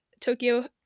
Tokyo